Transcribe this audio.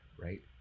right